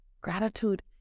Gratitude